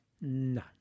No